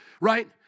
Right